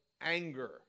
anger